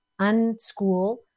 unschool